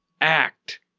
act